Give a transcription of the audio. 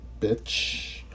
bitch